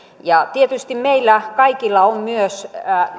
ja tietysti meillä kaikilla on myös